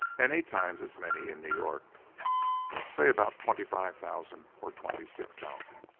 and eight times as many in new york say about twenty five thousand or twenty six thousand.